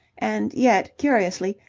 and yet, curiously,